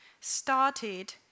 started